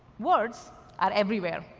words are everywhere.